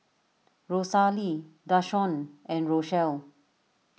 Rosalie Dashawn and Rochelle